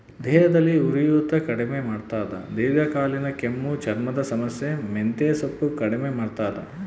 ದೇಹದಲ್ಲಿ ಉರಿಯೂತ ಕಡಿಮೆ ಮಾಡ್ತಾದ ದೀರ್ಘಕಾಲೀನ ಕೆಮ್ಮು ಚರ್ಮದ ಸಮಸ್ಯೆ ಮೆಂತೆಸೊಪ್ಪು ಕಡಿಮೆ ಮಾಡ್ತಾದ